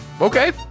Okay